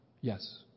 Yes